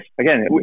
again